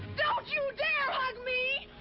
don't you dare hug me!